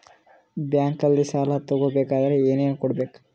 ಬ್ಯಾಂಕಲ್ಲಿ ಸಾಲ ತಗೋ ಬೇಕಾದರೆ ಏನೇನು ಕೊಡಬೇಕು?